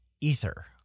ether